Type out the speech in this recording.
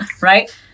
Right